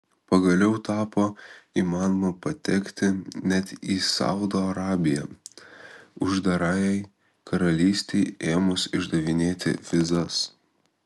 pagaliau tapo įmanoma patekti net į saudo arabiją uždarajai karalystei ėmus išdavinėti vizas